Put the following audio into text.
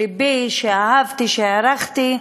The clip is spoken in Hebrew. שאהבתי, שהערכתי,